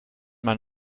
mein